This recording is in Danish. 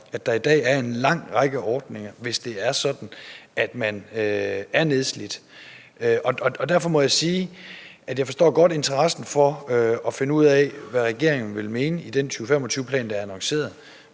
at der i dag er en lang række ordninger, hvis det er sådan, at man er nedslidt. Derfor må jeg sige, at jeg godt forstår interessen for at finde ud af, hvad regeringen vil mene i den 2025-plan, der er annonceret.